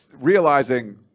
realizing